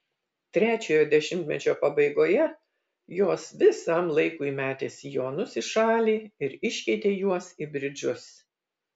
trečiojo dešimtmečio pabaigoje jos visam laikui metė sijonus į šalį ir iškeitė juos į bridžus